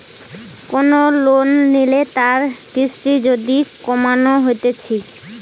কোন লোন লিলে তার কিস্তি যদি কমানো যাইতেছে